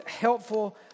helpful